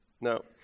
No